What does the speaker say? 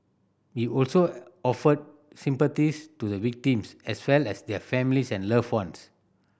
he also offered sympathies to the victims as well as their families and loved ones